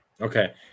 Okay